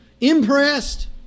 Impressed